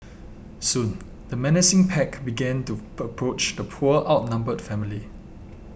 soon the menacing pack began to approach the poor outnumbered family